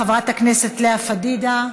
חברת הכנסת לאה פדידה,